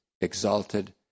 exalted